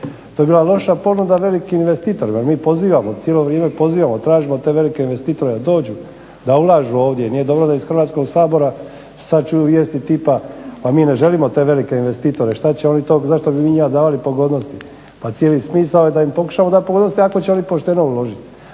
To je bila loša ponuda velikim investitorima. Mi pozivamo, cijelo vrijeme pozivamo, tražimo te velike investitore da dođu, da ulažu ovdje, nije dobro da iz Hrvatskog sabora sad čuju vijesti tipa pa mi ne želimo te velike investitore, zašto bi mi njima davali pogodnosti. Pa cijeli smisao je da im pokušamo dati pogodnosti ako će oni pošteno uložiti.